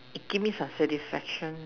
it give me some satisfaction